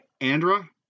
andra